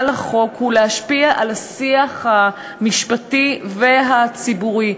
לחוק היא להשפיע על השיח המשפטי והציבורי,